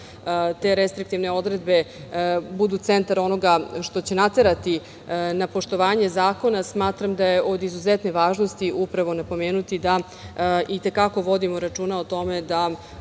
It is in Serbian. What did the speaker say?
te restriktivne odredbe budu centar onoga što će naterati na poštovanje zakona, smatram da je od izuzetne važnosti upravo napomenuti da i te kako vodimo računa o tome da